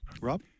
Rob